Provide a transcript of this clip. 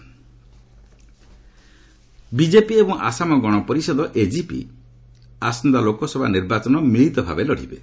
MORN BJP BJP ଏବଂ Asom Gana Parishad AGP ଆସନ୍ତା ଲୋକସଭା ନିର୍ବାଚନ ମିଳିତ ଭାବେ ଲଢ଼ିବେ